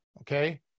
okay